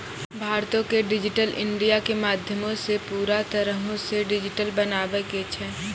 भारतो के digital India के माध्यमो से पूरा तरहो से डिजिटल बनाबै के छै